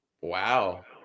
Wow